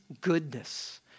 goodness